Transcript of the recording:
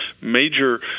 major